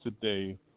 today